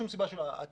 וגם יחסית יקרים.